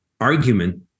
argument